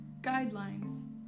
guidelines